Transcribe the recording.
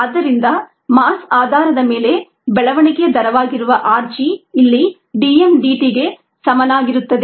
ಆದ್ದರಿಂದ ಮಾಸ್ ಆಧಾರದ ಮೇಲೆ ಬೆಳವಣಿಗೆಯ ದರವಾಗಿರುವ r g ಇಲ್ಲಿ d m dt ಗೆ ಸಮನಾಗಿರುತ್ತದೆ